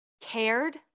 cared